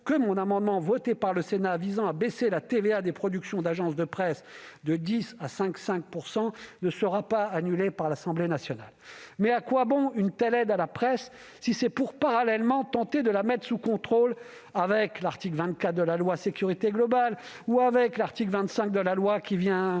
que mon amendement, voté par le Sénat, visant à ramener la TVA des productions d'agences de presse de 10 % à 5,5 % ne sera pas annulé par l'Assemblée nationale. Mais à quoi bon une telle aide à la presse si c'est pour, parallèlement, tenter de la mettre sous contrôle avec l'article 24 du projet de loi « sécurité globale » ou l'article 25 de la loi dite